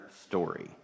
story